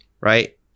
right